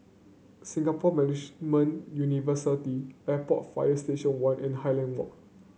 Singapore Management University Airport Fire Station One and Highland Walk